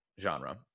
genre